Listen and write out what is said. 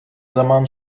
zaman